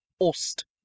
ost